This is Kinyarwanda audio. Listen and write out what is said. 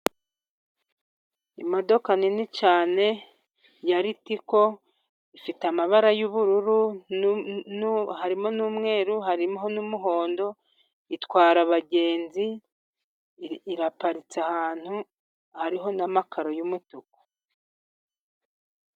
Imodoka nini cyane ya ritiko, ifite amabara y'ubururu, harimo n'umweru, harimo n'umuhondo, itwara abagenzi, iraparitse ahantu, hariho n'amakaro yumutuku.